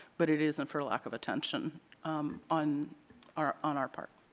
but it isn't for a lack of attention on our on our part.